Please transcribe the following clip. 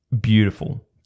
Beautiful